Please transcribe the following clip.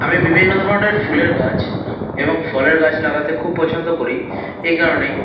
আমি বিভিন্ন ধরনের ফুলের গাছ এবং ফলের গাছ লাগাতে খুব পছন্দ করি এই কারণেই